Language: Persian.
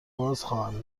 بازخواهم